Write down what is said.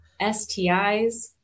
STIs